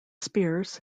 spears